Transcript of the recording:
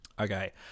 Okay